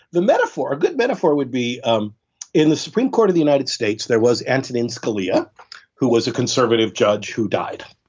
the metaphor, a good metaphor would be um in the supreme court of the united states, there was antonin scalia who was a conservative judge who died.